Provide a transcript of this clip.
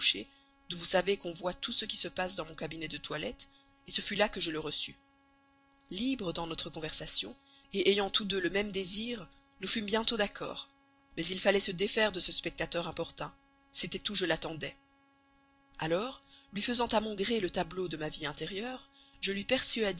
d'où vous savez qu'on voit tout ce qui se passe dans mon cabinet de toilette ce fut là que je le reçus libres dans notre conversation ayant tous deux le même désir nous fûmes bientôt d'accord mais il fallait se défaire de ce spectateur importun c'était où je l'attendais alors lui faisant à mon gré le tableau de ma vie intérieure je lui